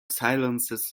silences